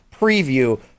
preview